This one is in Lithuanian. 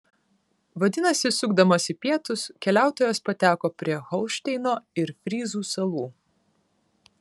vadinasi sukdamas į pietus keliautojas pateko prie holšteino ir fryzų salų